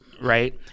right